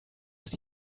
ist